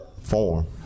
form